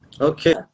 okay